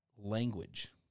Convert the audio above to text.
Language